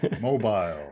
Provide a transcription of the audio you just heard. Mobile